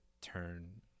turn